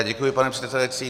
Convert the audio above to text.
Děkuji, pane předsedající.